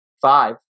five